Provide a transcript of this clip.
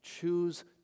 choose